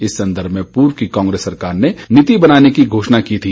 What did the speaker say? इस संदर्भ में पूर्व की कांग्रेस सरकार ने नीति बनाने की घोषणा की थी